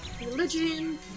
religion